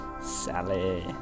Sally